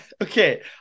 Okay